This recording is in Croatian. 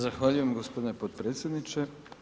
Zahvaljujem gospodine potpredsjedniče.